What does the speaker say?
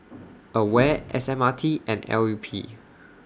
AWARE S M R T and L U P